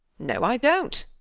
no i dont.